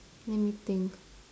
let me think